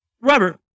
Robert